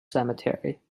cemetery